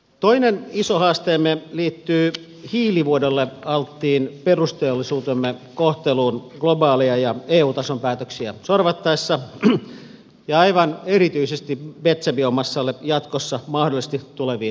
toinen iso haasteemme liittyy hiilivuodolle alttiin perusteollisuutemme kohteluun globaaleja ja eu tason päätöksiä sorvattaessa ja aivan erityisesti metsäbiomassalle jatkossa mahdollisesti tuleviin kestävyyskriteereihin